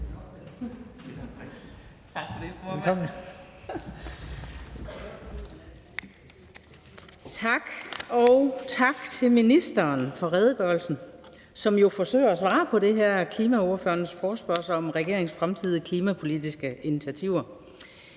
Tak for det, formand.